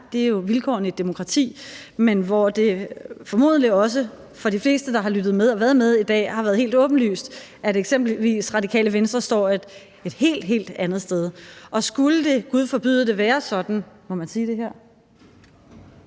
det er jo vilkårene i et demokrati. Men det har formodentlig også for de fleste, der har lyttet med og været med i dag, været helt åbenlyst, at eksempelvis Radikale Venstre står et helt, helt andet sted. Og skulle det, gud forbyde det – hvis man må sige det her